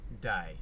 Day